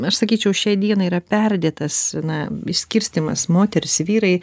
aš sakyčiau šiai dienai yra perdėtas na išskirstymas moterys vyrai